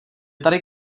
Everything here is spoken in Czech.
tady